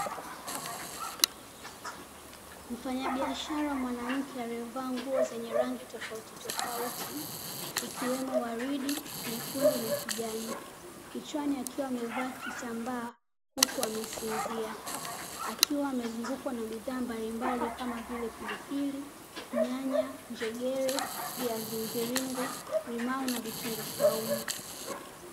Mfanya biashara mwanamke alievaa nguo zenye rangi tofauti tofauti ikiwemo waridi, nyekundu na kijani. Kichwani akiwa amevaa kitambaa huku amesinzia, akiwa amezungukwa na bidhaa mbalimbali kama vile pilipili, nyanya, njegere, viazi mviringo, limao na vitunguu swaumu.